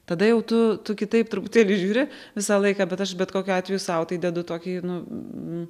tada jau tu tu kitaip truputėlį žiūri visą laiką bet aš bet kokiu atveju sau tai dedu tokį nu